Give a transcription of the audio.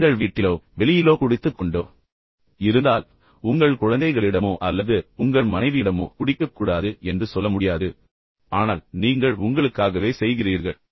நீங்கள் வீட்டில் குடித்துக்கொண்டோ அல்லது வெளியில் குடித்துக்கொண்டோ இருந்தால் உங்கள் குழந்தைகளிடமோ அல்லது உங்கள் மனைவியிடமோ குடிக்கக் கூடாது என்று சொல்ல முடியாது ஏனென்றால் அது ஒரு மோசமான விஷயம் என்று உங்களுக்குத் தெரியும் ஆனால் நீங்கள் உங்களுக்காகவே செய்கிறீர்கள்